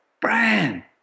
Brian